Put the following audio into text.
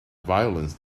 violence